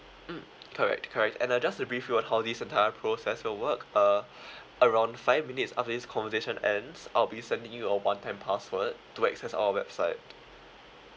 mm correct correct and uh just to brief you on how this entire process will work uh around five minutes after this conversation ends I'll be sending you a one time password to access our website